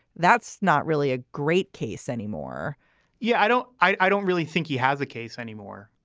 that's not really a great case anymore yeah, i don't i don't really think he has a case anymore.